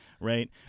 right